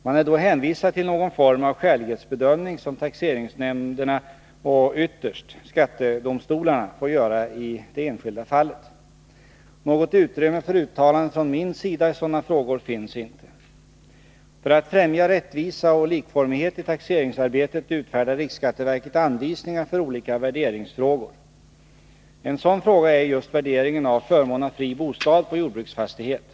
Man är då hänvisad till någon form av skälighetsbedömning, som taxeringsnämnderna och — ytterst — skattedomstolarna får göra i det enskilda fallet. Något utrymme för uttalanden från min sida i sådana frågor finns inte. För att främja rättvisa och likformighet i taxeringsarbetet utfärdar riksskatteverket anvisningar för olika värderingsfrågor. En sådan fråga är just värderingen av förmån av fri bostad på jordbruksfastighet.